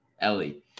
Ellie